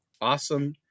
awesome